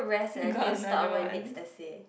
got another one